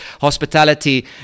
hospitality